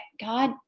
God